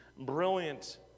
brilliant